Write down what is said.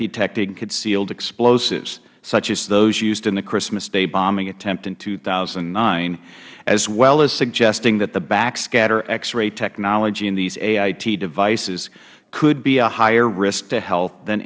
detecting concealed explosives such as those used in the christmas day bombing attempt in two thousand and nine as well as suggesting that the backscatter x ray technology in these ait devices could be a higher risk to health than